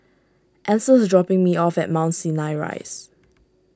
Ancel is dropping me off at Mount Sinai Rise